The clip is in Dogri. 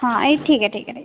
हां एह् ठीक ऐ ठीक ऐ ठीक ऐ